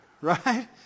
Right